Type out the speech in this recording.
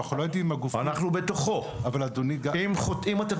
אבל אנחנו לא יודעים אם הגופים --- אנחנו בתוכו.